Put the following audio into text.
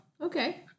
Okay